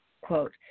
quote